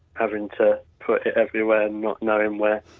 having to put it everywhere and not knowing where,